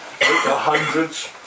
hundreds